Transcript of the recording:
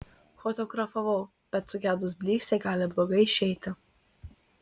fotografavau bet sugedus blykstei gali blogai išeiti